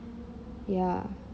ya